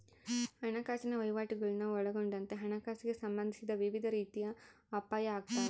ಹಣಕಾಸಿನ ವಹಿವಾಟುಗುಳ್ನ ಒಳಗೊಂಡಂತೆ ಹಣಕಾಸಿಗೆ ಸಂಬಂಧಿಸಿದ ವಿವಿಧ ರೀತಿಯ ಅಪಾಯ ಆಗ್ತಾವ